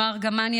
נועה ארגמני,